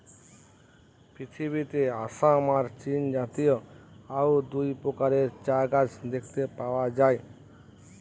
পৃথিবীতে আসাম আর চীনজাতীয় অউ দুই প্রকারের চা গাছ দেখতে পাওয়া যায়